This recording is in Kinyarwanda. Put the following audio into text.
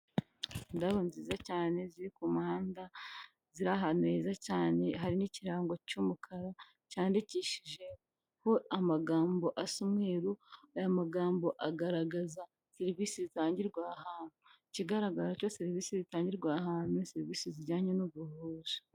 Indabo nziza cyane ziri ku muhanda, ziri ahantu heza cyane hari n'ikirango cy'umukara cyandikishijeho amagambo asa umweru, aya magambo agaragaza serivisi zitangirwa aha ahntu, ikigaragara cyo serivisi zitangirwa aha hantu ni serivisi zijyanye n'ubuvuzi.